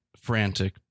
frantic